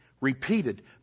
Repeated